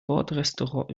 bordrestaurant